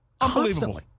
Unbelievable